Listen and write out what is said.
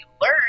learn